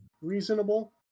reasonable